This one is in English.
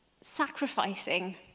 Sacrificing